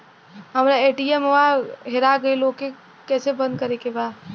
हमरा ए.टी.एम वा हेरा गइल ओ के के कैसे बंद करे के बा?